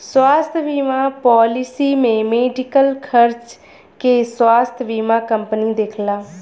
स्वास्थ्य बीमा पॉलिसी में मेडिकल खर्चा के स्वास्थ्य बीमा कंपनी देखला